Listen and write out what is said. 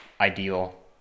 ideal